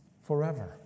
Forever